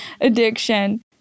addiction